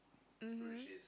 mmhmm